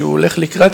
שהולך לקראת,